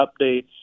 updates